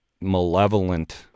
malevolent